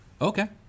okay